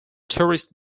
tourist